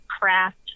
Craft